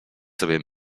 sobie